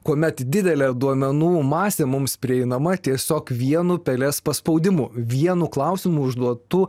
kuomet didelė duomenų masė mums prieinama tiesiog vienu pelės paspaudimu vienu klausimu užduotu